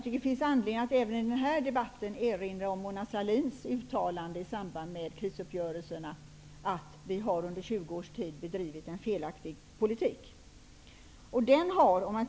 Det finns anledning att även i den här debatten erinra om Mona Sahlins uttalande i samband med krisuppgörelserna, dvs. att vi under 20 år har bedrivit en felaktig politik.